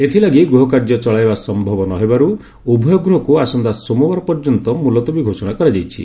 ଏଥିଲାଗି ଗୃହକାର୍ଯ୍ୟ ଚଳାଇବା ସମ୍ଭବ ନ ହେବାରୁ ଉଭୟ ଗୃହକୁ ଆସନ୍ତା ସୋମବାର ପର୍ଯ୍ୟନ୍ତ ମୁଲତବୀ ଘୋଷଣା କରାଯାଇଛି